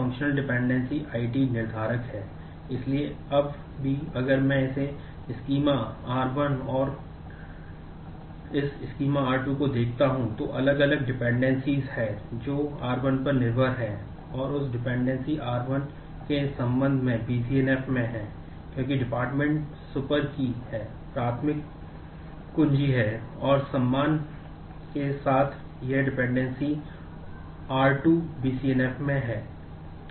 स्वाभाविक रूप से यदि यह β और α है तो β α आवश्यक building budget है क्योंकि यदि department β में नहीं होता है